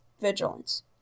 vigilance